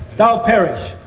they'll perish.